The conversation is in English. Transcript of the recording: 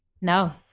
No